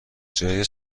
جای